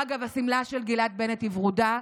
אגב, השמלה של גילת בנט היא ורודה.